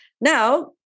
Now